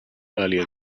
earlier